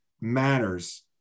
matters